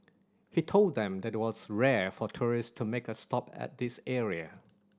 he told them that it was rare for tourists to make a stop at this area